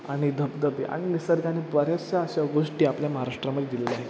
आणि धबधबे आणि निसर्गाने बऱ्याचशा अशा गोष्टी आपल्या महाराष्ट्रामध्ये दिलेल्या आहेत